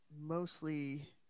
mostly